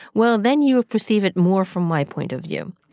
well, then you'll perceive it more from my point of view.